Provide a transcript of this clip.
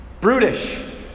Brutish